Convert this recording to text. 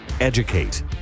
educate